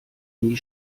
nie